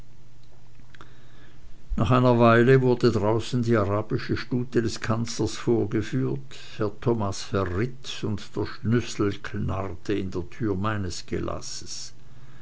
nach einer weile wurde draußen die arabische stute des kanzlers vorgeführt herr thomas verritt und der schlüssel knarrte in der türe meines